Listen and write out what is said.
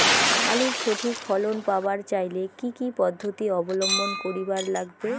আলুর সঠিক ফলন পাবার চাইলে কি কি পদ্ধতি অবলম্বন করিবার লাগবে?